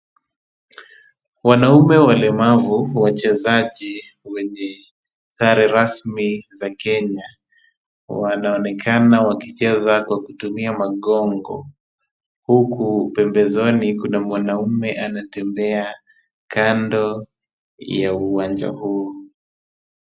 Wanaume walemavu wachezaji wenye sare rasmi za Kenya wanaonekana wakicheza kwa kutumia magongo huku pembezoni kuna mwanamume anatembea kando ya uwanja huu.